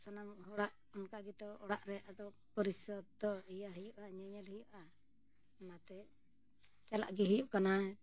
ᱥᱟᱱᱟᱢ ᱦᱚᱲᱟᱜ ᱚᱱᱠᱟ ᱜᱮᱛᱚ ᱚᱲᱟᱜ ᱨᱮ ᱟᱫᱚ ᱯᱚᱨᱤᱥᱳᱛ ᱫᱚ ᱤᱭᱟᱹ ᱦᱩᱭᱩᱜᱼᱟ ᱧᱮᱧᱮᱞ ᱦᱩᱭᱩᱜᱼᱟ ᱚᱱᱟᱛᱮ ᱪᱟᱞᱟᱜ ᱜᱮ ᱦᱩᱭᱩᱜ ᱠᱟᱱᱟ